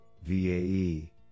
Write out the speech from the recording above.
VAE